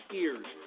ears